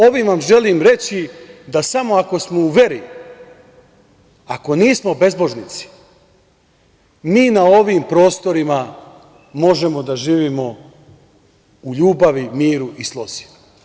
Ovim vam želim reći da samo ako smo u veri, ako nismo bezbožnici, mi na ovim prostorima možemo da živimo u ljubavi, miru i slozi.